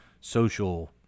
social